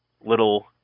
little